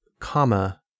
comma